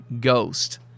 Ghost